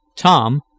Tom